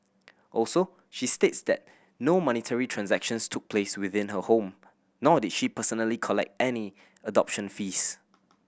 also she states that no monetary transactions took place within her home nor did she personally collect any adoption fees